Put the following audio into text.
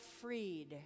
freed